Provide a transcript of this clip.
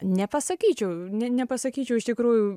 nepasakyčiau ne nepasakyčiau iš tikrųjų